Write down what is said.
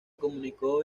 comunicó